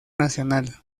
nacional